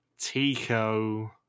Tico